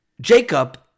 Jacob